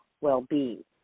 well-being